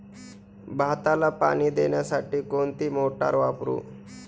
भाताला पाणी देण्यासाठी कोणती मोटार वापरू?